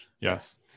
Yes